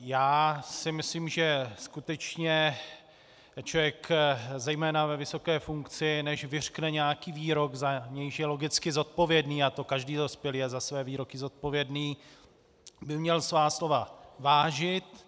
Já si myslím, že skutečně člověk zejména ve vysoké funkci, než vyřkne nějaký výrok, za nějž je logicky zodpovědný, a to každý dospělý je za své výroky zodpovědný, by měl svá slova vážit.